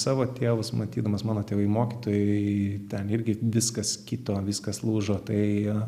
savo tėvus matydamas mano tėvai mokytojai ten irgi viskas kito viskas lūžo tai